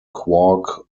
quark